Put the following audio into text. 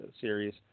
series